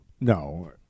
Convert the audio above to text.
No